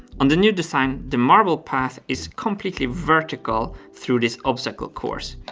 on the new design the marble path is completely vertical through this obstacle course.